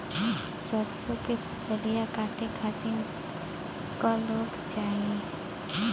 सरसो के फसलिया कांटे खातिन क लोग चाहिए?